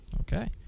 Okay